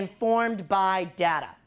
informed by data